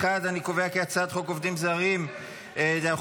את הצעת חוק עובדים זרים (תיקון,